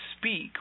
speak